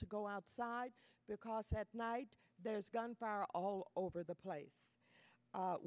to go outside because at night there's gunfire all over the place